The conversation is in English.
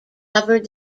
covered